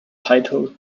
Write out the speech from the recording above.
titled